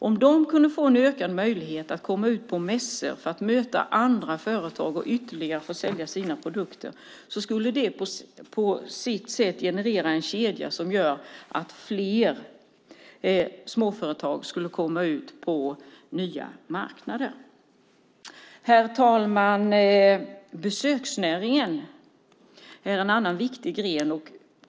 Om de kunde få en ökad möjlighet att komma ut på mässor, möta andra företag och ytterligare få sälja sina produkter skulle det generera en kedja som gör att fler småföretag skulle komma ut på nya marknader. Herr talman! Besöksnäringen är en annan viktig gren.